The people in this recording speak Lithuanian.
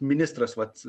ministras vat